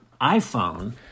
iPhone